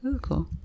Cool